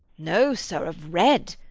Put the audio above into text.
no, sir, of red.